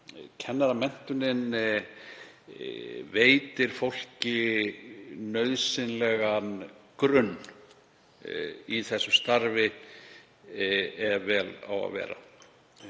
kennaramenntunin veitir fólki nauðsynlegan grunn í þessu starfi ef vel á að vera.